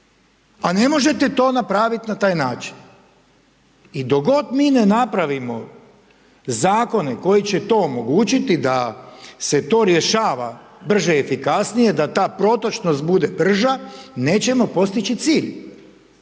A ne možete to napraviti na taj način. I dok god mi ne napravimo zakone koji će to omogućiti da se to rješava brže i efikasnije, da ta protočnost bude brža, nećemo postići cilj.